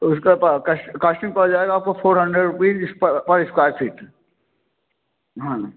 तो उसका कॉश्ट पड़ जाएगा आपको फॉर हन्ड्रेड रूपीज़ पर पर स्क्वेर फ़िट हाँ